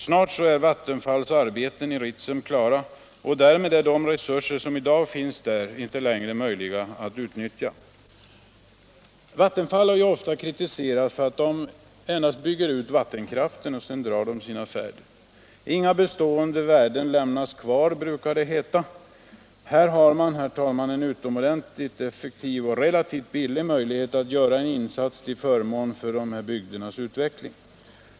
Snart är Vattenfalls arbeten i Ritsem klara, och därmed är de resurser som i dag finns där inte längre möjliga att utnyttja. Vattenfall har ofta kritiserats för att man endast bygger ut vattenkraften och sedan drar sina färde. Inga bestående värden lämnas kvar, brukar det heta. Nu har man, herr talman, en utomordentligt effektiv och relativt billig möjlighet att göra en insats till förmån för de här bygdernas utveckling.